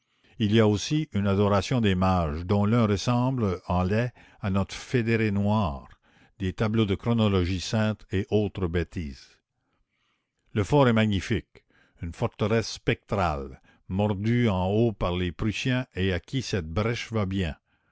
il y a aussi une adoration des mages dont l'un ressemble en laid à notre fédéré noir des tableaux de chronologie sainte et autres bêtises le fort est magnifique une forteresse spectrale mordue en haut par les prussiens et à qui cette brèche va bien